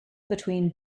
between